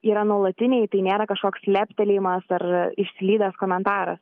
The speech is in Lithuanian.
yra nuolatiniai tai nėra kažkoks leptelėjimas ar išslydęs komentaras